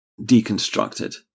deconstructed